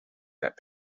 that